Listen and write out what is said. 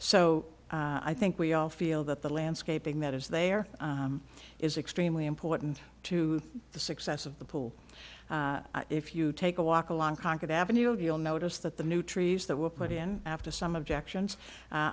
o i think we all feel that the landscaping that is there is extremely important to the success of the pool if you take a walk along concord avenue of you'll notice that the new trees that were put in after some objections